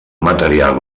material